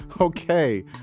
Okay